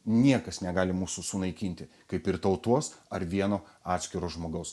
niekas negali mūsų sunaikinti kaip ir tautos ar vieno atskiro žmogaus